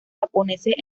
japoneses